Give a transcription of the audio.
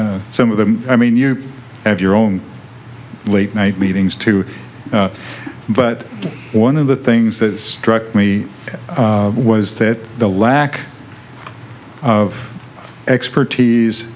some of them i mean you have your own late night meetings too but one of the things that struck me was that the lack of expertise